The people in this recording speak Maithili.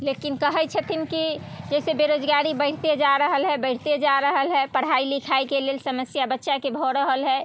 लेकिन कहैत छथिन कि जैसे बेरोजगारी बढ़िते जा रहल हइ बढ़िते जा रहल हइ पढ़ाइ लिखाइके लेल समस्या बच्चाके भऽ रहल हइ